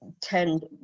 tend